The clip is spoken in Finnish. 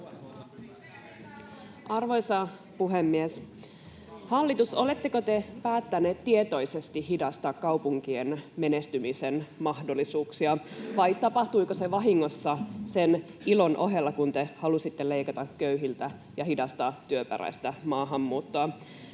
Arvoisa puhemies! Hallitus, oletteko te päättäneet tietoisesti hidastaa kaupunkien menestymisen mahdollisuuksia, vai tapahtuiko se vahingossa sen ilon ohella, kun te halusitte leikata köyhiltä ja hidastaa työperäistä maahanmuuttoa?